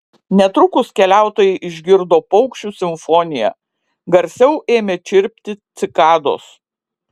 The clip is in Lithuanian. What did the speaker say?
netrukus keliautojai išgirdo paukščių simfoniją garsiau ėmė čirpti cikados